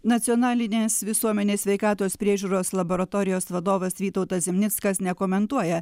nacionalinės visuomenės sveikatos priežiūros laboratorijos vadovas vytautas zimnickas nekomentuoja